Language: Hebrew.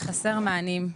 חסר מענים.